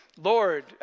Lord